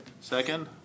second